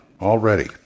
already